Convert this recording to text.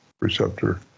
receptor